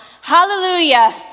hallelujah